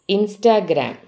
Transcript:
Instagram